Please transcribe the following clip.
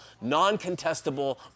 non-contestable